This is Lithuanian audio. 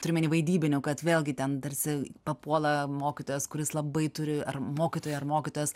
turiu omeny vaidybinių kad vėlgi ten tarsi papuola mokytojas kuris labai turi ar mokytojai ar mokytojas